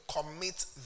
commit